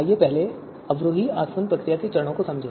आइए पहले अवरोही आसवन प्रक्रिया के चरणों को समझें